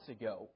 ago